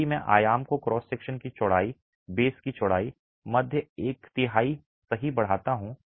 यदि मैं आयाम को क्रॉस सेक्शन की चौड़ाई बेस की चौड़ाई मध्य एक तिहाई सही बढ़ाता हूं